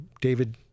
David